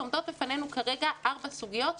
עומדות בפנינו ארבע סוגיות,